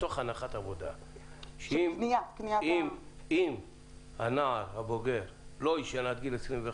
מתוך הנחת עבודה שאם הנער הבוגר לא יעשן עד גיל 21,